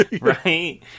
Right